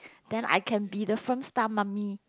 then I can be the firm star mummy